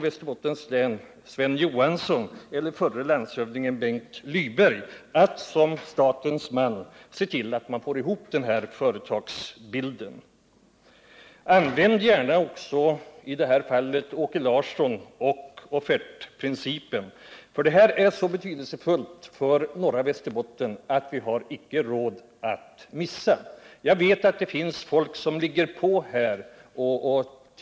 Växjö stift har dessutom planer på att köpa ytterligare mark genom köp av lantoch skogsfastigheter av enskilda ägare. Med anledning av att dessa köp äger rum med bara något halvårs mellanrum inom samma område, där marken eljest väl behövs för komplettering av det enskilda lantoch skogsbruket, vill jag ställa följande frågor till statsrådet Eric Enlund: 1.